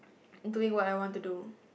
doing what I want to do